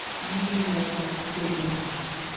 you will make a big impact,